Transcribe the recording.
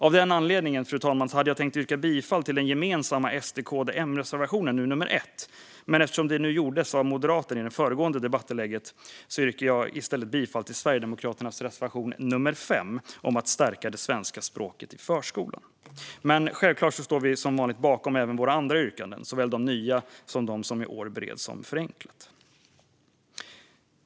Av den anledningen, fru talman, hade jag tänkt yrka bifall till den gemensamma SD-KD-M-reservationen 1, men eftersom det gjordes av den moderata ledamoten i det föregående debattinlägget yrkar jag i stället bifall till Sverigedemokraternas reservation 5 om att stärka det svenska språket i förskolan. Självklart står vi bakom våra andra yrkanden, såväl de nya som de som de som i år bereds med ett förenklat förfarande.